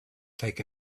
take